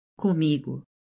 comigo